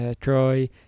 Troy